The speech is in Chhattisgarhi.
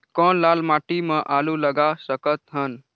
कौन लाल माटी म आलू लगा सकत हन?